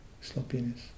Sloppiness